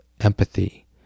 empathy